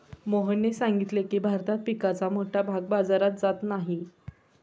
मोहनने सांगितले की, भारतात पिकाचा मोठा भाग बाजारात जात नाही